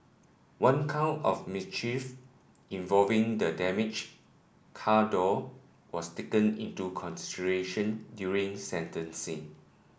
one count of mischief involving the damaged car door was taken into consideration during sentencing